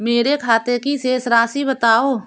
मेरे खाते की शेष राशि बताओ?